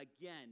Again